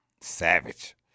Savage